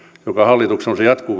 joka hallituksella on jatkuu